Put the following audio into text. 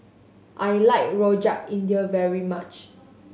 I like Rojak India very much